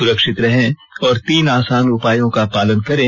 सुरक्षित रहें और तीन आसान उपायों का पालन करें